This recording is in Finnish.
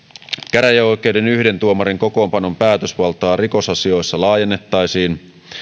käräjäoikeuden yhden tuomarin kokoonpanon päätösvaltaa rikosasioissa laajennettaisiin